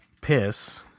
piss